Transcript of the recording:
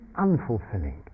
unfulfilling